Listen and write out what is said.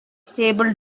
stable